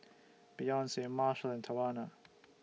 Beyonce Marshall and Tawanna